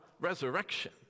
resurrection